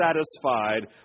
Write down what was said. satisfied